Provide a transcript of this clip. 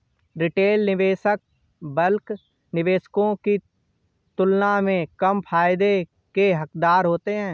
retail निवेशक bulk निवेशकों की तुलना में कम फायदे के हक़दार होते हैं